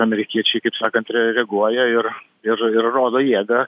amerikiečiai kaip sakant re reaguoja ir ir ir rodo jėgą